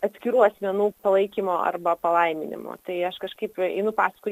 atskirų asmenų palaikymo arba palaiminimo tai aš kažkaip einu paskui